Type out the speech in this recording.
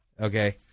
okay